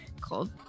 Cold